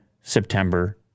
September